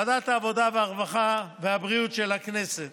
ועדת העבודה, הרווחה והבריאות של הכנסת